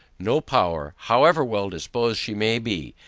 no power, however well disposed she may be,